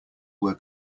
were